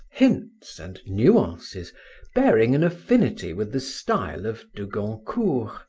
hints and nuances bearing an affinity with the style of de goncourt.